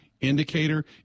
Indicator